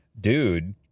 dude